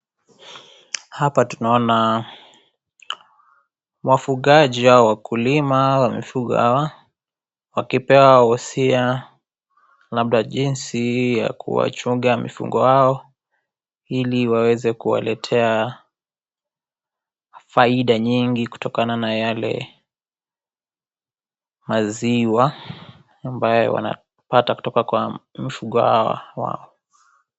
Hapa tunaona wafugaji au wakulima wamefuga hawa, wakipewa wosia labda jinsi ya kuwachunga mifugo yao, ili waweze kuwaletea faida nyingi kutokana na yale maziwa ambayo wanapata kutoka kwa mifugo hawa wao.